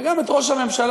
וגם את ראש הממשלה,